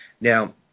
Now